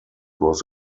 was